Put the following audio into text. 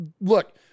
Look